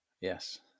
Yes